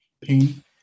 Pain